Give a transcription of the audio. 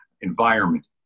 environment